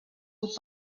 will